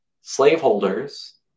slaveholders